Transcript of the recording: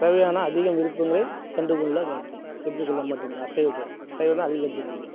தேவையான அதிகம் விருப்பங்களை கண்டுக்கொள்ள மாட்டேன் எடுத்துக்கொள்ள மாட்டேன் இந்த அசைவத்தை சைவம்தான் அதிகம் எடுத்துக்கொள்வேன்